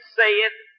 saith